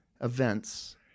events